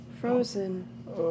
Frozen